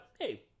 hey